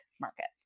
markets